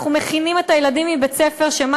כשאנחנו מכינים את הילדים מבית-הספר שמה